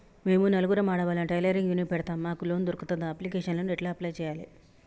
మేము నలుగురం ఆడవాళ్ళం టైలరింగ్ యూనిట్ పెడతం మాకు లోన్ దొర్కుతదా? అప్లికేషన్లను ఎట్ల అప్లయ్ చేయాలే?